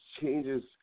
changes